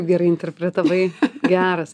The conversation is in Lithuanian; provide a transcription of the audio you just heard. gerai interpretavai geras